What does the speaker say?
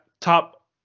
top